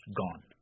gone